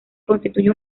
constituye